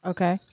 Okay